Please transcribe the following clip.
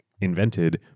invented